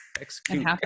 execute